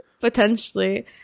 Potentially